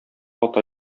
ата